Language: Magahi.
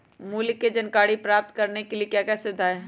मूल्य के जानकारी प्राप्त करने के लिए क्या क्या सुविधाएं है?